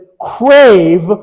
crave